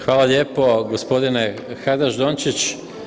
Hvala lijepo gospodine Hajdaš Dončić.